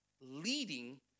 leading